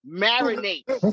marinates